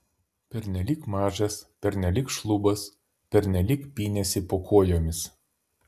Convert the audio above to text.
pernelyg mažas pernelyg šlubas pernelyg pynėsi po kojomis